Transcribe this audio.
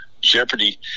jeopardy